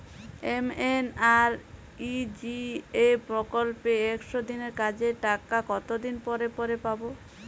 MNREGA প্রকল্পে একশ দিনের কাজের টাকা কতদিন পরে পরে পাব?